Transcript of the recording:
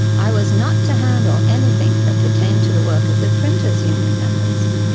i was not to handle anything that pertained to the work of the printers' union members.